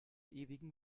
ewigen